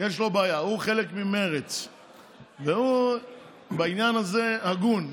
יש לו בעיה, הוא חלק ממרצ, והוא בעניין הזה הגון.